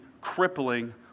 crippling